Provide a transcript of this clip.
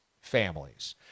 families